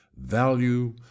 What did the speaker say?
value